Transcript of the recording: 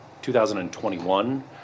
2021